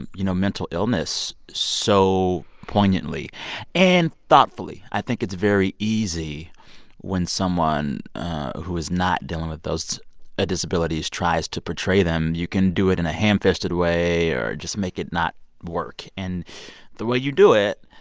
you you know, mental illness so poignantly and thoughtfully. i think it's very easy when someone who is not dealing with those ah disabilities tries to portray them. you can do it in a ham-fisted way or just make it not work. and the way you do it,